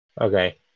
Okay